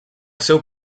seu